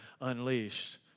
unleashed